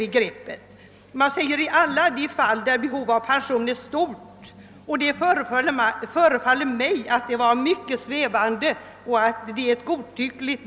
Uttrycket »i alla de fall där behov av pension är stort» förefaller mig vara mycket svävande och godtyckligt.